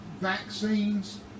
vaccines